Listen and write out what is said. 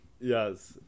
Yes